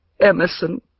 Emerson